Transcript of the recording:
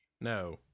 no